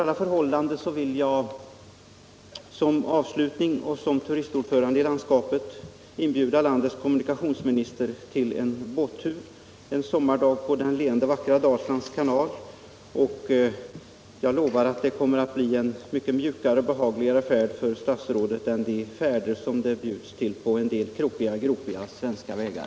Som avslutning på denna fråga vill jag i egenskap av turistordförande i landskapet Dalsland inbjuda landets kommunikationsminister till en båttur någon sommardag på vår vackra Dalslands kanal. Jag lovar att det kommer att bli en mycket mjukare och behagligare färd för statsrådet än de färder som han inbjuds till när man vill visa prov på krokiga och gropiga svenska vägar.